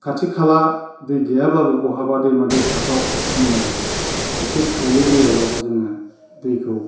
खाथि खाला दै गैयाब्लाबो बहाबा दैमा दैसाफ्राव जोङो एसे थौले दैयावबाबो जोङो दैखौ